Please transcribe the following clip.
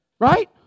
Right